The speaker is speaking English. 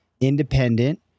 independent